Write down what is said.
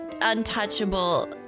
untouchable